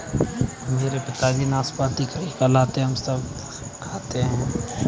मेरे पिताजी नाशपाती खरीद कर लाते हैं हम सब मिलकर नाशपाती खाते हैं